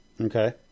Okay